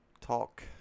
talk